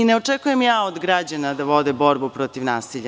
Ne očekujem ja od građana da vode borbu protiv nasilja.